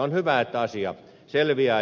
on hyvä että asia selviää